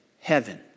heaven